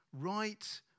right